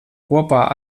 kopā